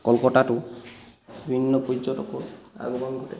ক'লকাতাতো বিভিন্ন পৰ্যটকৰ আগমন ঘটে